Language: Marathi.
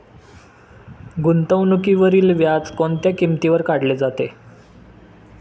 गुंतवणुकीवरील व्याज कोणत्या किमतीवर काढले जाते?